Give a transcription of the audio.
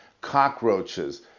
cockroaches